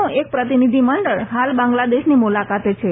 નું એક પ્રતિનિધિમંડળ હાલ બાંગ્લાદેશની મુલાકાતે છે